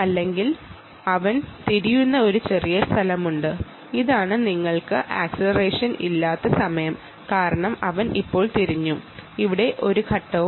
ഇത് അവൻ തിരിയുന്ന ചെറിയ ഒരു സ്ഥലമാണ് അതാണ് നിങ്ങൾക്ക് ആക്സിലറേഷൻ ഇല്ലാത്ത സമയം കാരണം അവൻ ഇപ്പോൾ തിരിഞ്ഞു അവിടെ ഒരു സ്റ്റെപ്പുമില്ല